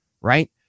right